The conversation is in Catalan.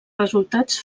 resultats